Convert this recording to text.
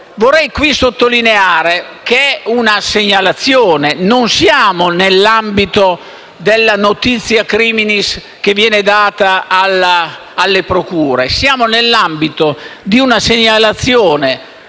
Vorrei qui sottolineare che si tratta di una segnalazione, non siamo nell'ambito della *notitia criminis* data alle procure. Siamo nell'ambito di una segnalazione